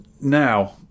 Now